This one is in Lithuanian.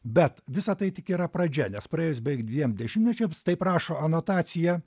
bet visa tai tik yra pradžia nes praėjus beveik dviem dešimtmečiams taip rašo anotacija